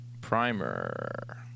Primer